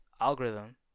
algorithm